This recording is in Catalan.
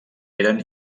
eren